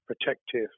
protective